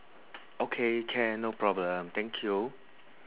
okay can no problem thank you